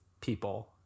people